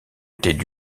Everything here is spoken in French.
étaient